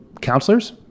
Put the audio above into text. counselors